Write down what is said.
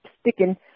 sticking